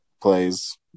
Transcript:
plays